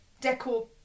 decor